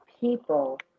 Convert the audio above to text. people